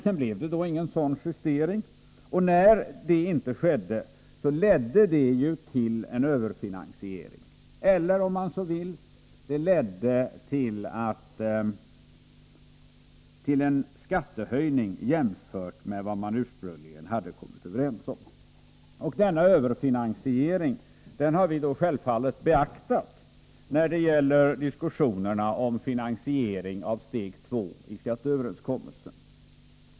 Sedan blev det inte någon sådan justering, vilket ledde till en överfinansiering, eller om man så vill till en skattehöjning, jämfört med vad man ursprungligen hade kommit överens om. Denna överfinansiering har vi självfallet beaktat när det gäller diskussionerna om finansiering av steg två i skatteöverenskommelsen.